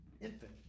infant